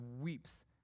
weeps